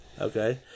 Okay